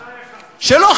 שלא,